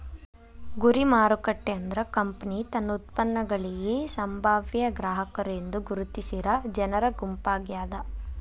ಗುರಿ ಮಾರುಕಟ್ಟೆ ಅಂದ್ರ ಕಂಪನಿ ತನ್ನ ಉತ್ಪನ್ನಗಳಿಗಿ ಸಂಭಾವ್ಯ ಗ್ರಾಹಕರು ಎಂದು ಗುರುತಿಸಿರ ಜನರ ಗುಂಪಾಗ್ಯಾದ